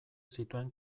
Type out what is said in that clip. zituen